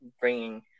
bringing